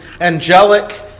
angelic